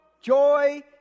joy